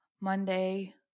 Monday